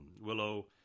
Willow